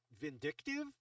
vindictive